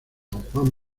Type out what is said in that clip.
juan